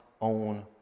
own